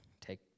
take